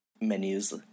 menus